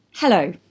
Hello